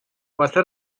واسه